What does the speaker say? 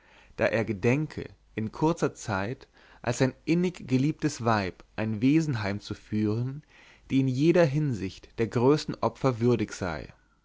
da er gedenke in kurzer zeit als sein innig geliebtes weib ein wesen heimzuführen die in jeder hinsicht der größten opfer würdig sei